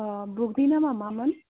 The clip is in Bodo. अ बुकनि नामा मामोन